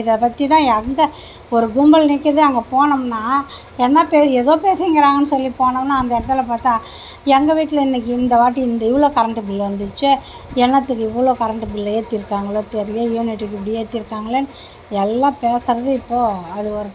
இதை பற்றிதான் எந்த ஒரு கும்பல் நிற்கிது அங்கே போனோம்னால் என்ன பேசிக்கினு ஏதோ பேசிகிறாங்கன்னு சொல்லி போனோம்னால் அந்த இடத்துல பார்த்தா எங்கள் வீட்டில் இன்னிக்கி இந்த வாட்டி இந்த இவ்வளோ கரண்டு பில்லு வந்துடுச்சு என்னாத்துக்கு இவ்வளோ கரண்டு பில்லு ஏற்றிருப்பாங்களோ தெரிலியே யூனிட்டுக்கு இப்படி ஏற்றிருக்காங்களே எல்லாம் பேசறது இப்போது அது ஒரு